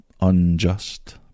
unjust